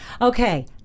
Okay